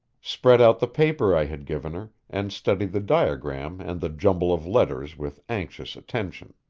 spread out the paper i had given her, and studied the diagram and the jumble of letters with anxious attention.